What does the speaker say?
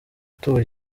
batuye